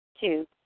Two